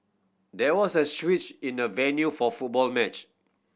there was a switch in the venue for football match